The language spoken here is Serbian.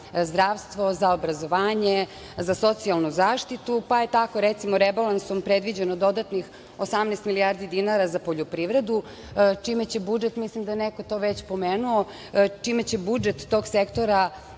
zdravstvo, za obrazovanje, za socijalnu zaštitu, pa je tako recimo rebalansom predviđeno dodatnih 18 milijardi dinara za poljoprivredu čime će budžet, mislim da neko to već pomenuo, čime će budžet tog sektora